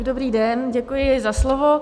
Dobrý den, děkuji za slovo.